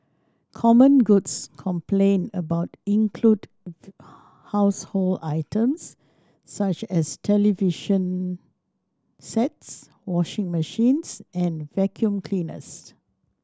common goods complained about include household items such as television sets washing machines and vacuum cleaners